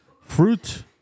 fruit